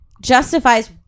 Justifies